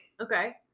Okay